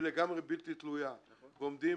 שהיא לגמרי בלתי תלויה, ועומדים